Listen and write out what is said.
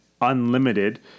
unlimited